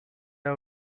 are